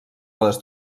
les